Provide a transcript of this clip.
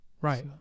right